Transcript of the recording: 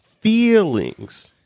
feelings